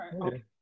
okay